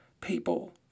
people